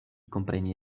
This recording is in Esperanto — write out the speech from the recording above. kompreni